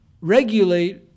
regulate